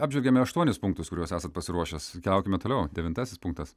apžvelgėme aštuonis punktus kuriuos esat pasiruošęs keliaukime toliau devintasis punktas